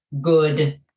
good